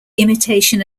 imitation